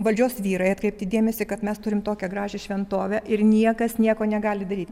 valdžios vyrai atkreipti dėmesį kad mes turim tokią gražią šventovę ir niekas nieko negali daryti